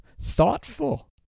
thoughtful